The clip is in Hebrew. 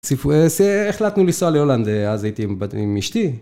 החלטנו לנסוע להולנד, אז הייתי עם אשתי.